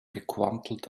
gequantelt